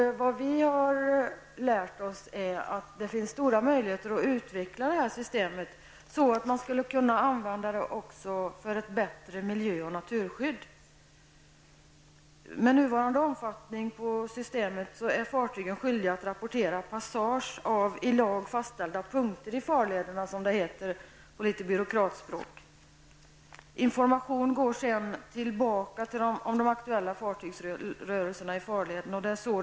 Vad vi har lärt oss är att det finns stora möjligheter att utveckla detta system, så att man skulle kunna använda det även för ett bättre miljö och naturskydd. Med nuvarande omfattning av systemet är fartygen skyldiga att rapportera passage av i lag fastställda punkter i farlederna, som det heter på litet byråkratspråk. Informationen om de aktuella fartygsrörelserna i farlederna går sedan tillbaka.